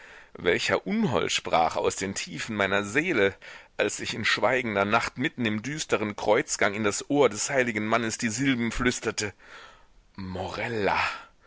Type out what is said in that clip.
welcher unhold sprach aus den tiefen meiner seele als ich in schweigender nacht mitten im düsteren kreuzgang in das ohr des heiligen mannes die silben flüsterte morella